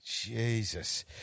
Jesus